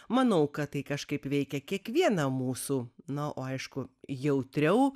manau kad tai kažkaip veikia kiekvieną mūsų na o aišku jautriau